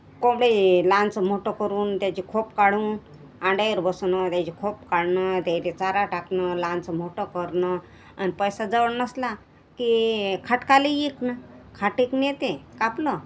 कोंबड्या आहेत लहानाचं मोठं करून त्याचे खोप काढून अंड्यावर बसवणं त्याह्यचे खोप काढणं त्याला चारा टाकणं लहानाचं मोठं करणं आणि पैसा जवळ नसला की खाटकाला विकणं खाटीक नेते कापलं